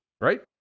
Right